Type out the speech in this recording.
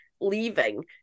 leaving